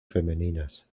femeninas